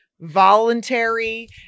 voluntary